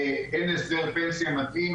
אין הסדר פנסיה מתאים,